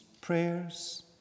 prayers